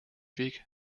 weg